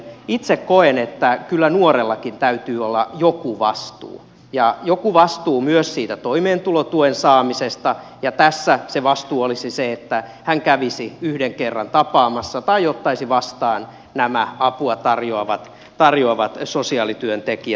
itse koen että kyllä nuorellakin täytyy olla joku vastuu ja joku vastuu myös siitä toimeentulotuen saamisesta ja tässä se vastuu olisi se että hän kävisi yhden kerran tapaamassa tai ottaisi vastaan nämä apua tarjoavat sosiaalityöntekijät